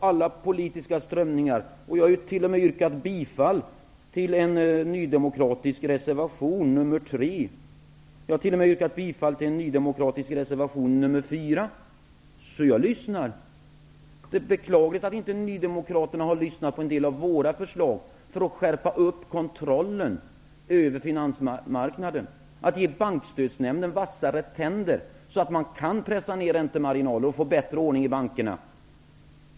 Fru talman! Jag lyssnar på alla politiska strömningar. Jag har ju t.o.m. yrkat bifall till två nydemokratiska reservationer -- nr 3 och nr 4. Men det är beklagligt att nydemokraterna inte har lyssnat på en del av våra förslag för att skärpa kontrollen över finansmarknaden, att ge Bankstödsnämnden vassare tänder så att man kan pressa ned räntemarginalerna och få bättre ordning i bankerna.